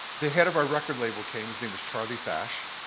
the head of our record label came, his name was charlie fash,